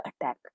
attack